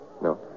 No